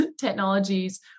technologies